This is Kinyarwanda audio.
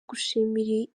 gushimira